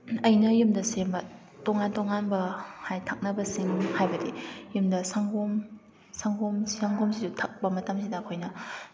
ꯑꯩꯅ ꯌꯨꯝꯗ ꯁꯦꯝꯕ ꯇꯣꯉꯥꯟ ꯇꯣꯉꯥꯟꯕ ꯍꯥꯏꯗꯤ ꯊꯛꯅꯕꯁꯤꯡ ꯍꯥꯏꯕꯗꯤ ꯌꯨꯝꯗ ꯁꯪꯒꯣꯝ ꯁꯪꯒꯣꯝ ꯁꯪꯒꯣꯝꯁꯤꯁꯨ ꯊꯛꯄ ꯃꯇꯝꯁꯤꯗ ꯑꯩꯈꯣꯏꯅ